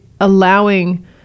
allowing